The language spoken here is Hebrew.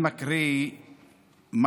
לא מקבלים,